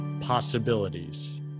possibilities